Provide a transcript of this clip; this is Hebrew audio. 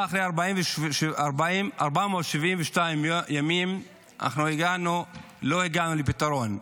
שאחרי 472 ימים במלחמה לא הגענו לפתרון,